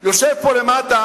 יושב פה למטה